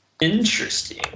Interesting